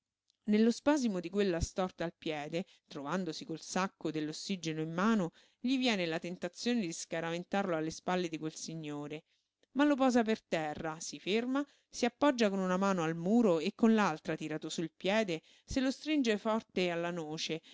nello spasimo di quella storta al piede trovandosi col sacco dell'ossigeno in mano gli viene la tentazione di scaraventarlo alle spalle di quel signore ma lo posa per terra si ferma si appoggia con una mano al muro e con l'altra tirato su su il piede se lo stringe forte alla noce